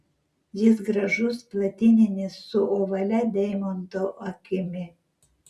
jis gražus platininis su ovalia deimanto akimi